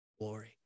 Glory